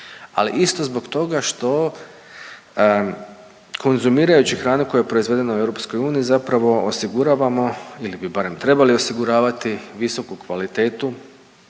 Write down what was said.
ali isto zbog toga što konzumirajući hranu koja je proizvedena u EU zapravo osiguravamo ili bi barem trebali osiguravati visoku kvalitetu